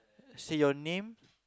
say your name